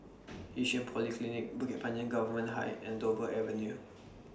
Yishun Polyclinic Bukit Panjang Government High and Dover Avenue